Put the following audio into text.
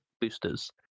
boosters